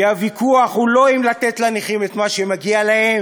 כי הוויכוח הוא לא אם לתת לנכים את מה שמגיע להם,